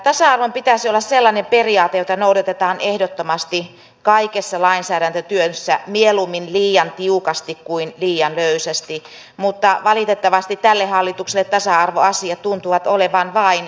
tasa arvon pitäisi olla sellainen periaate jota noudatetaan ehdottomasti kaikessa lainsäädäntötyössä mieluummin liian tiukasti kuin liian löysästi mutta valitettavasti tälle hallitukselle tasa arvoasiat tuntuvat olevan vain sivujuonne